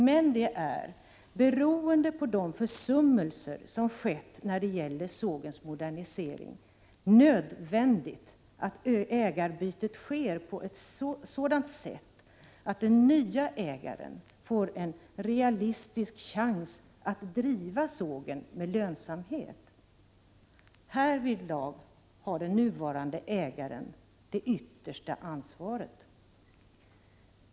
Men det är — beroende på de försummelser som har skett när det gäller sågens modernisering — nödvändigt att ägarbytet sker på ett sådant sätt att den nya ägaren får en realistisk chans att driva sågen med lönsamhet. Härvidlag har den nuvarande 2 ägaren det yttersta ansvaret.